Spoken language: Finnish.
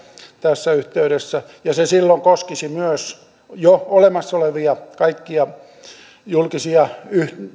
tässä yhteydessä ja se silloin koskisi myös jo olemassa olevia kaikkia